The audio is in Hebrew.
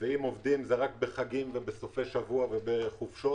ואם עובדים זה רק בחגים בסופי שבוע וחופשות